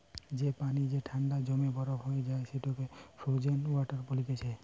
যে পানি যে ঠান্ডায় জমে বরফ হয়ে যায় সেটাকে ফ্রোজেন ওয়াটার বলতিছে